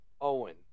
Owen